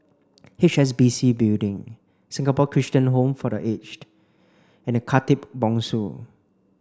H S B C Building Singapore Christian Home for The Aged and Khatib Bongsu